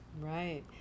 Right